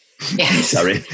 Sorry